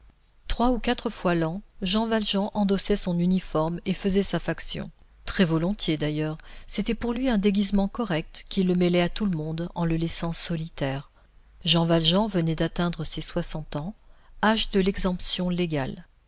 trois ou quatre fois l'an jean valjean endossait son uniforme et faisait sa faction très volontiers d'ailleurs c'était pour lui un déguisement correct qui le mêlait à tout le monde en le laissant solitaire jean valjean venait d'atteindre ses soixante ans âge de l'exemption légale